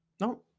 no